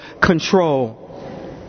control